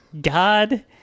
God